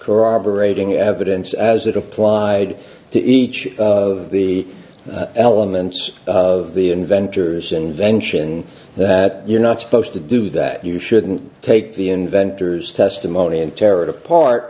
corroborating evidence as it applied to each of the elements of the inventor's invention that you're not supposed to do that you shouldn't take the inventor's testimony and tear it apart